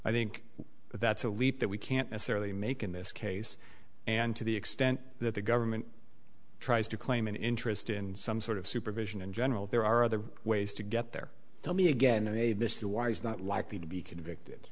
i think that's a leap that we can't necessarily make in this case and to the extent that the government tries to claim an interest in some sort of supervision in general there are other ways to get there tell me again in a mr wise not likely to be convicted